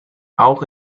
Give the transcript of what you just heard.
auch